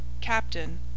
captain